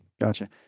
Gotcha